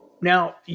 Now